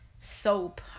soap